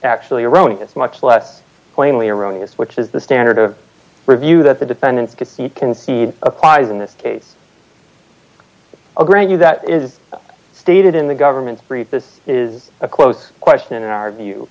actually erroneous much less plainly erroneous which is the standard of review that the defendant gets concedes a prize in this case a grant you that is stated in the government's brief this is a close question in our view